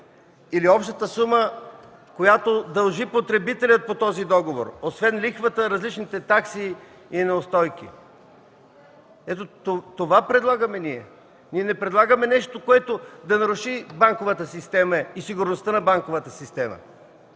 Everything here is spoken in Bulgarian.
Или общата сума, която дължи потребителят по този договор – освен лихвата, различните такси и неустойки?! Ето, това предлагаме ние! Не предлагаме нещо, което да наруши банковата система и сигурността й. Ние